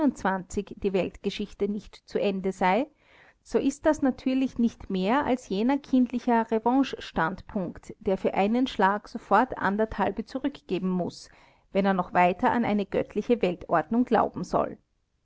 die weltgeschichte nicht zu ende sei so ist das natürlich nicht mehr als jener kindliche revanchestandpunkt der für einen schlag sofort anderthalbe zurückgeben muß wenn er noch weiter an eine göttliche weltordnung glauben soll